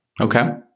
Okay